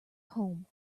home